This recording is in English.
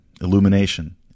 illumination